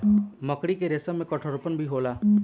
मकड़ी के रेसम में कठोरपन भी होला